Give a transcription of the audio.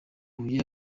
huye